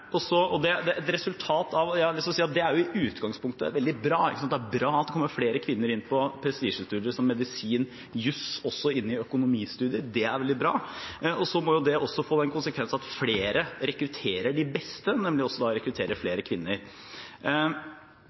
å si at det er i utgangspunktet veldig bra. Det er bra at det kommer flere kvinner inn i prestisjestudier som medisin og juss og i økonomistudiet – det er veldig bra. Så må det også få den konsekvensen at flere rekrutterer de beste, og da også rekrutterer flere kvinner.